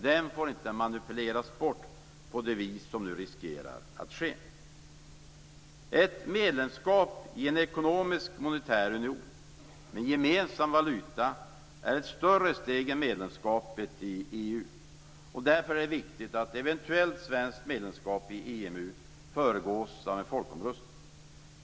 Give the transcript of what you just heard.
Den får inte manipuleras bort på det vis som nu riskerar att ske. Ett medlemskap i en ekonomisk monetär union, med gemensam valuta, är ett större steg än medlemskapet i EU. Därför är det viktigt att ett eventuellt svenskt medlemskap i EMU föregås av en folkomröstning.